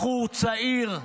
בחור צעיר,